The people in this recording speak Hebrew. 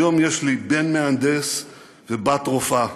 היום יש לי בן מהנדס ובת רופאה.